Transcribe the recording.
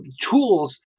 tools